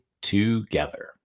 together